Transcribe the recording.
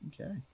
Okay